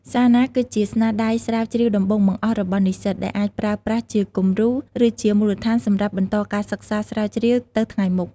សារណាគឺជាស្នាដៃស្រាវជ្រាវដំបូងបង្អស់របស់និស្សិត ដែលអាចប្រើប្រាស់ជាគំរូ ឬជាមូលដ្ឋានសម្រាប់បន្តការសិក្សាស្រាវជ្រាវទៅថ្ងៃមុខ។